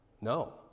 No